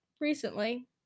recently